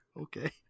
Okay